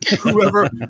whoever